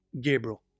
Gabriel